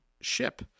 ship